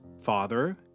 father